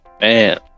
Man